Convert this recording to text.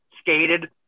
skated